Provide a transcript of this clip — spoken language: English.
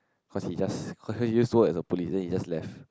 cause he just cause he used to work as a police then he just left